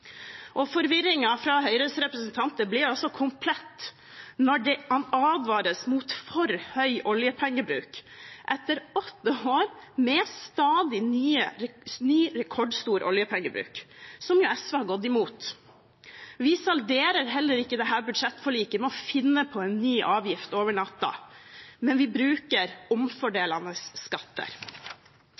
fra Høyres representanter blir komplett når det advares mot for høy oljepengebruk etter åtte år med stadig mer rekordstor oljepengebruk, som SV har gått imot. Vi salderer heller ikke dette budsjettforliket med å finne på en ny avgift over natten, men bruker omfordelende skatter.